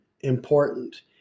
important